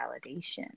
validation